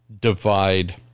divide